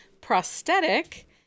prosthetic